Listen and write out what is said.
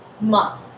month